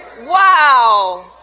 Wow